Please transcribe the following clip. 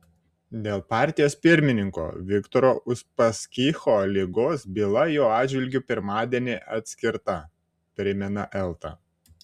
dėl partijos pirmininko viktoro uspaskicho ligos byla jo atžvilgiu pirmadienį atskirta primena elta